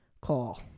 call